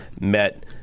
met